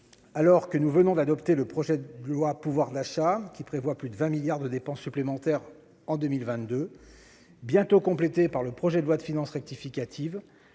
alors que nous venons d'adopter le projet de loi sur le pouvoir d'achat, qui prévoit plus de 20 milliards d'euros de dépenses supplémentaires en 2022, bientôt complété par le projet de loi de finances rectificative,